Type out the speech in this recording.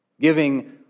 giving